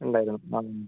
ഉണ്ടായിരുന്നു ആ